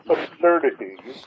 Absurdities